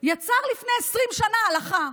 יצר לפני 20 שנה הלכה,